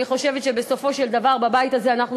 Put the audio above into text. אני חושבת שסופו של דבר בבית הזה אנחנו